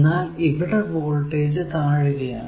എന്നാൽ ഇവിടെ വോൾടേജ് താഴുകയാണ്